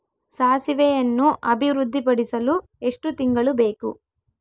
ಸಾಸಿವೆಯನ್ನು ಅಭಿವೃದ್ಧಿಪಡಿಸಲು ಎಷ್ಟು ತಿಂಗಳು ಬೇಕು?